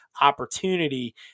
opportunity